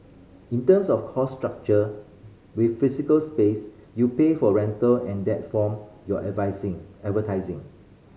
in terms of cost structure with physical space you pay for rental and that form your advertising